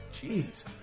Jeez